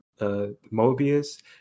Mobius